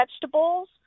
vegetables